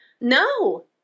no